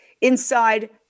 inside